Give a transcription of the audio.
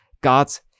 God's